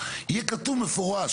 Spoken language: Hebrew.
יהיה כתוב במפורש,